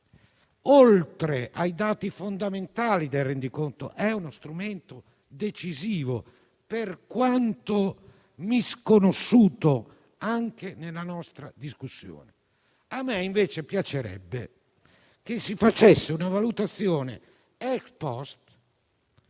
oltre ai dati fondamentali del rendiconto (che è uno strumento decisivo, per quanto misconosciuto anche nella nostra discussione), si facesse una valutazione *ex post*